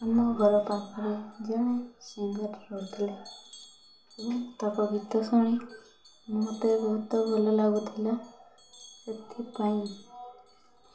ଆମ ଘରେ ପାଖରେ ଜଣେ ସିଙ୍ଗର୍ ରହୁଥିଲେ ଏବଂ ତାଙ୍କ ଗୀତ ଶୁଣି ମୋତେ ବହୁତ ଭଲ ଲାଗୁଥିଲା ସେଥିପାଇଁ